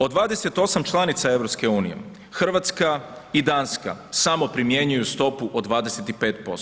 Od 28 članica EU, Hrvatska i Danska samo primjenjuju stopu od 25%